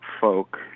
folk